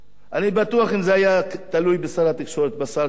אני בטוח שאם זה היה תלוי בשר התקשורת, בשר כחלון,